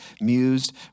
mused